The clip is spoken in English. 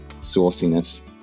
sauciness